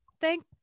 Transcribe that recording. thank